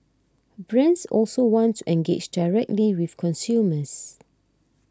brands also want to engage directly with consumers